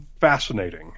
fascinating